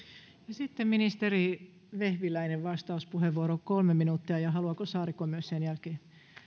sitten ministeri vehviläinen kolme minuuttia ja haluaako saarikko myös sen jälkeen